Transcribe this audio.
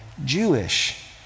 Jewish